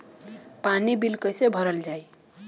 पानी बिल कइसे भरल जाई?